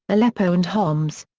aleppo and homs.